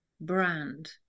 brand